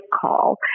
call